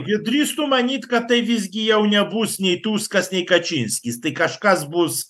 ir drįstų manyt kad tai visgi jau nebus nei tuskas nei kačinskis tai kažkas bus